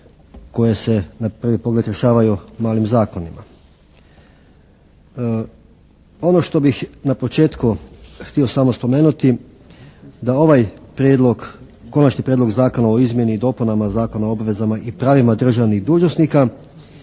koje se na prvi pogled rješavaju malim zakonima. Ono što bih na početku htio samo spomenuti da ovaj Konačni prijedlog zakona o izmjeni i dopunama Zakona o obvezama i pravima državnih dužnosnika